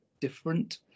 different